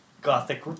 Gothic